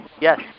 Yes